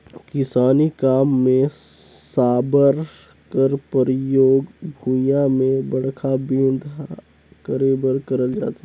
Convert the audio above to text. किसानी काम मे साबर कर परियोग भुईया मे बड़खा बेंधा करे बर करल जाथे